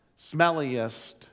smelliest